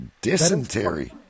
Dysentery